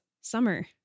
summer